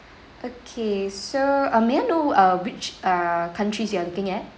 okay so uh may I know uh which err countries you are looking at